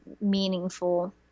meaningful